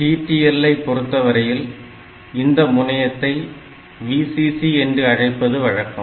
TTL ஐ பொறுத்தவரையில் இந்த முனையத்தை VCC என்று அழைப்பது வழக்கம்